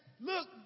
look